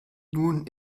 nun